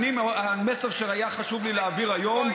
המסר שהיה חשוב לי להעביר היום,